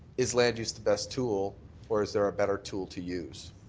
is land use the best tool or is there a better tool to use?